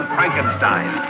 Frankenstein